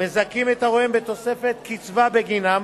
והמזכים את הוריהם בתוספת קצבה בגינם,